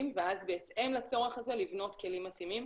ואז בהתאם לצורך הזה לבנות כלים מתאימים.